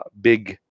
big